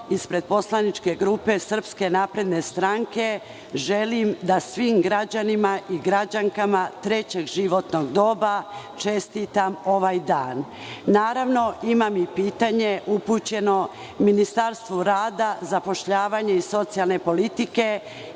ispred poslaničke grupe SNS želim da svim građanima i građankama trećeg životnog doba čestitam ovaj dan. Naravno, imam i pitanje upućeno Ministarstvu rada, zapošljavanja i socijalne politike